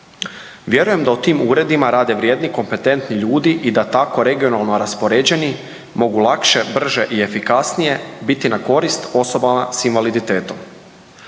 Vjerujem da u tim uredima rade vrijedni i kompetentni ljudi i da tako regionalno raspoređeni mogu lakše, brže i efikasnije biti na korist osobama s invaliditetom.